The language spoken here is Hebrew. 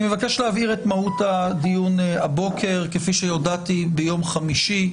אני מבקש להבהיר את מהות הדיון הבוקר כפי שהודעתי ביום חמישי.